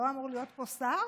לא אמור להיות פה שר?